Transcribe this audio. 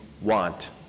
want